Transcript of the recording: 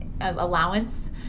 allowance